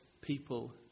people